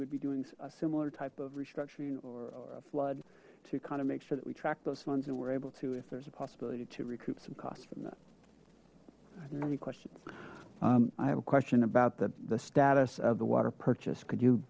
would be doing a similar type of restructuring or a flood to kind of make sure that we tracked those funds and we're able to if there's a possibility to recoup some costs from that any questions i have a question about the the status of the water purchased could you